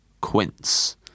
quince